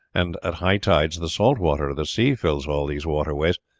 and at high tides the salt water of the sea fills all these waterways,